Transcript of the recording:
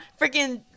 freaking